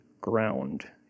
ground